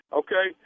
okay